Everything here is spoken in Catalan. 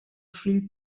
fill